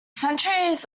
centuries